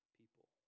people